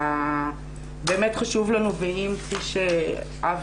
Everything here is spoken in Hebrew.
באמת חשוב לנו, ואם אבי